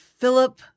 Philip